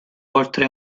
oltre